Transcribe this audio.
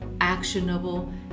actionable